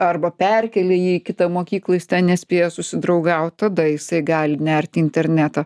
arba perkėlė jį į kitą mokyklą jis ten nespėja susidraugaut tada jisai gali nert į internetą